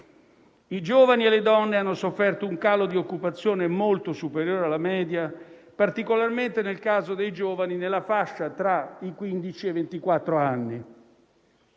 I giovani e le donne hanno sofferto un calo di occupazione molto superiore alla media, particolarmente nel caso dei giovani facenti parte della